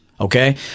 Okay